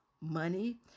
money